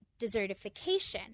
desertification